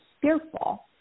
fearful